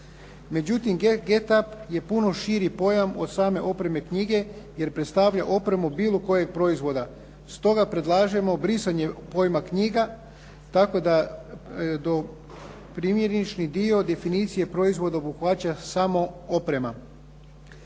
Međutim, "get up" je puno širi pojam od same opreme knjige jer predstavlja opremu bilo kojeg proizvoda. Stoga predlažemo brisanje pojma "knjiga" tako da …/Govornik se ne razumije./… dio definicije proizvoda obuhvaća samo oprema.